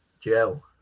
Joe